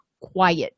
quiet